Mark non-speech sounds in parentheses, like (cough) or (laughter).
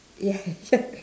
ya (laughs)